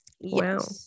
Wow